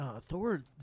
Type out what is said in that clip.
Thor